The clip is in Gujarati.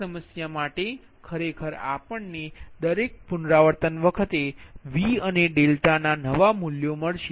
આ સમસ્યા માટે ખરેખર આપણ ને દરેક પુનરાવર્તન વખતે V અને ડેલ્ટા ના નવા મૂલ્યો મળશે